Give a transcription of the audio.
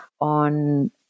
on